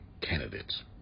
candidates